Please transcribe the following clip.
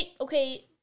Okay